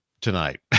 tonight